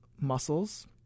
muscles